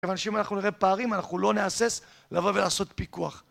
אנשים, אנחנו נראה פערים, אנחנו לא נהסס לבוא ולעשות פיקוח.